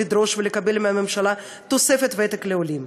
לדרוש ולקבל מהממשלה תוספת ותק לעולים.